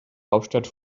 hauptstadt